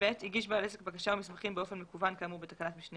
הגיש בעל עסק בקשה או מסמכים באופן מקוון כאמור בתקנת משנה